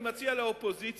אני מציע לאופוזיציה,